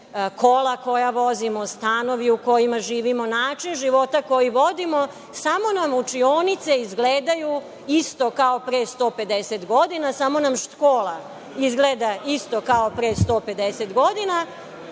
kola koja koristimo, stanovi u kojima živimo, način života koji vodimo, a samo nam učinioce izgledaju isto kao pre 150 godina, samo nam škola izgleda isto kao pre 150 godina